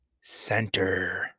center